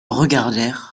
regardèrent